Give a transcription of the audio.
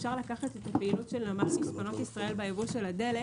אפשר לקחת את הפעילות של נמל מספנות ישראל בייבוא של הדלק